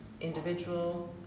individual